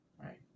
Right